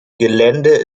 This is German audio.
gelände